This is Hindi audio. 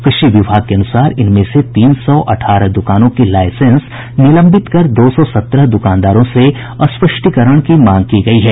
कृषि विभाग के अनुसार इनमें से तीन सौ अठारह दुकानों के लाईसेंस निलंबित कर दो सौ सत्रह दुकानदारों से स्पष्टीकरण की मांग की गयी है